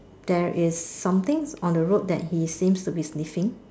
there is something on the road that he seems to be sniffing